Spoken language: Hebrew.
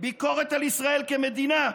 ביקורת על ישראל כמדינה,